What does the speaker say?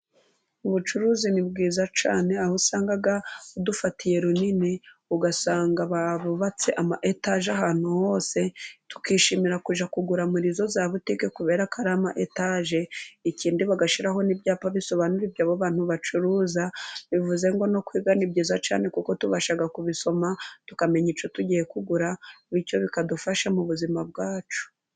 Ubucuruzi nibwiza cyane, aho usanga budufatiye runini, ugasanga ababubatse ama etage ahantu hose, tukishimira kujya kugura muri izo za butike, kubera ko ari ama etage, ikindi bagashyiraho n 'ibyapa bidusobanurira ibyo abo bantu bacuruza, bivuze ngo no kwiga ni byiza za cyane, kuko tubasha kubisoma tukamenya icyo tugiye kugura, bityo bikadufasha mu buzima bwacu.